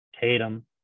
Tatum